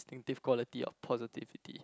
distinctive quality of positivity